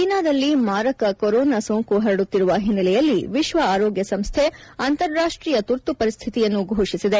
ಚೀನಾದಲ್ಲಿ ಮಾರಕ ಕೊರೋನಾ ಸೋಂಕು ಹರಡುತ್ತಿರುವ ಹಿನ್ನೆಲೆಯಲ್ಲಿ ವಿಶ್ವ ಆರೋಗ್ಕ ಸಂಸ್ಕೆ ಅಂತಾರಾಷ್ಟೀಯ ತುರ್ತು ಪರಿಸ್ಥಿತಿಯನ್ನು ಘೋಷಿಸಿದೆ